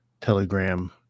telegram